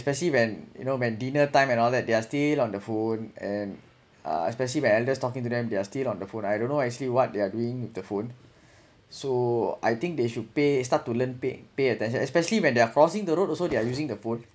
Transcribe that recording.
especially when you know when dinner time and all that they are still on the phone and uh especially when elders talking to them they are still on the phone I don't know actually what they are doing with the phone so I think they should pay start to learn pay pay attention especially when there are crossing the road also they are using the phone